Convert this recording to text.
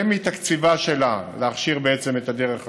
מתקציבה שלה להכשיר בעצם את הדרך הזאת.